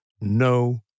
no